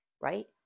right